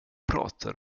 pratar